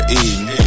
eating